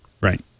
Right